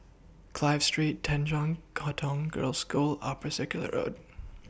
Clive Street Tanjong Katong Girls' School Upper Circular Road